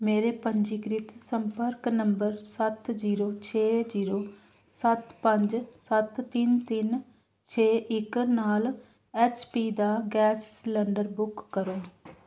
ਮੇਰੇ ਪੰਜੀਕ੍ਰਿਤ ਸੰਪਰਕ ਨੰਬਰ ਸੱਤ ਜ਼ੀਰੋ ਛੇ ਜ਼ੀਰੋ ਸੱਤ ਪੰਜ ਸੱਤ ਤਿੰਨ ਤਿੰਨ ਛੇ ਇੱਕ ਨਾਲ ਐਚ ਪੀ ਦਾ ਗੈਸ ਸਿਲੰਡਰ ਬੁੱਕ ਕਰੋ